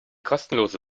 kostenlose